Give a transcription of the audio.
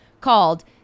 called